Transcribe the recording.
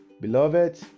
Beloved